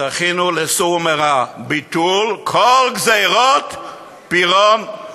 זכינו ל"סור מרע", ביטול כל גזירות פירון-לפיד,